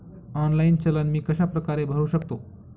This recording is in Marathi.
ऑनलाईन चलन मी कशाप्रकारे भरु शकतो?